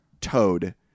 Toad